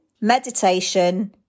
meditation